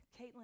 Caitlin